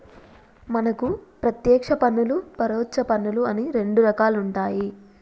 మనకు పత్యేక్ష పన్నులు పరొచ్చ పన్నులు అని రెండు రకాలుంటాయి